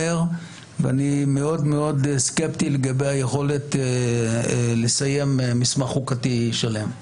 ואני מאוד מאוד ספקטי לגבי היכולת לסיים מסמך חוקתי שלם.